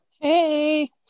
Hey